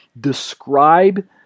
describe